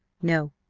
no,